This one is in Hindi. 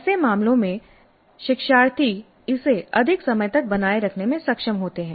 ऐसे मामलों में शिक्षार्थी इसे अधिक समय तक बनाए रखने में सक्षम होते हैं